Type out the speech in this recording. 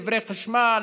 דברי חשמל,